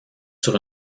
sur